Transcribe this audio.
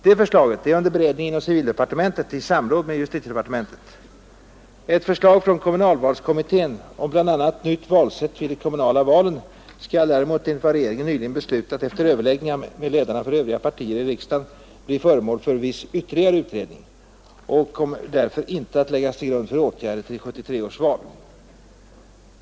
Detta förslag är under beredning inom civildepartementet i samråd med justitiedepartementet. Ett förslag från kommunalvalskommittén om bl.a. nytt valsätt vid de kommunala valen skall däremot enligt vad regeringen nyligen har beslutat efter överläggningar med ledarna för de övriga partierna i riksdagen bli föremål för viss ytterligare utredning och därför inte läggas till grund för åtgärder till 1973 års val.